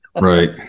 Right